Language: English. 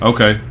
Okay